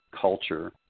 culture